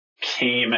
came